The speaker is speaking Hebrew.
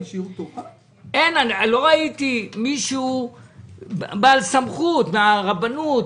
לא ראיתי מישהו בעל סמכות מהרבנות,